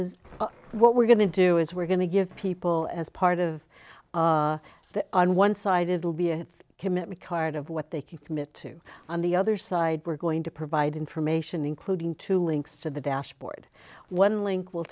is what we're going to do is we're going to give people as part of the on onesided will be a commitment card of what they can commit to on the other side we're going to provide information including two links to the dashboard one link will